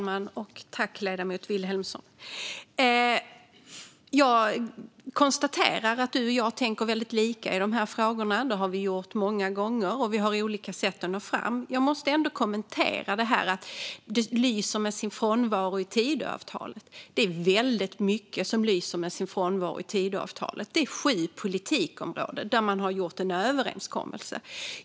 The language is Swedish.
Fru talman! Tack, ledamoten Vilhelmsson! Jag konstaterar att du och jag tänker väldigt lika i de här frågorna. Det har vi gjort många gånger, och vi har olika sätt att nå fram. Jag måste ändå kommentera det som sades om att det lyser med sin frånvaro i Tidöavtalet. Det är väldigt mycket som lyser med sin frånvaro i Tidöavtalet. Det är sju politikområden där man har gjort en överenskommelse.